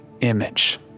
image